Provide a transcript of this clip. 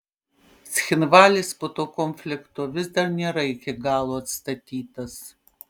cchinvalis po to konflikto vis dar nėra iki galo atstatytas